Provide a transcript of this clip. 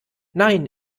nein